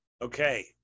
Okay